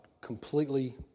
completely